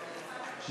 לסעיף 108 לא נתקבלה.